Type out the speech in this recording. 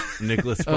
Nicholas